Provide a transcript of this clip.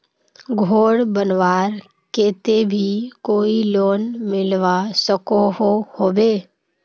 घोर बनवार केते भी कोई लोन मिलवा सकोहो होबे?